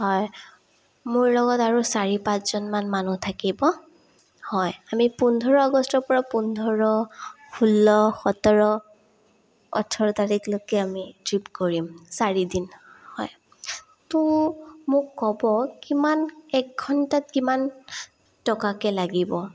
হয় মোৰ লগত আৰু চাৰি পাঁচজনমান মানুহ থাকিব হয় আমি পোন্ধৰ আগষ্টৰপৰা পোন্ধৰ ষোল্ল সতৰ ওঠৰ তাৰিখলৈকে আমি ট্ৰিপ কৰিম চাৰিদিন হয় তো মোক ক'ব কিমান এক ঘণ্টাত কিমান টকাকৈ লাগিব